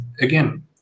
again